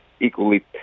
equally